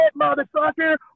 motherfucker